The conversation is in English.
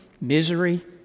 Misery